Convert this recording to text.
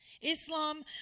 Islam